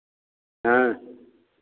हाँ